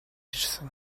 ирсэн